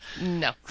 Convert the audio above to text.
No